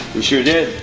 we sure did!